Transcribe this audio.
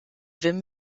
wim